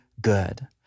good